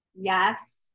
Yes